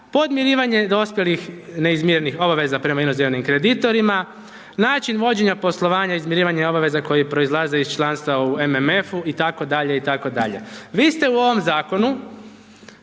podmirivanje dospjelih neizmirenih obaveza prema inozemnim kreditorima, način vođenja poslovanja izmirivanje obaveza koje proizlaze u članstva u MMF-u itd., itd. Vi ste u ovom zakonu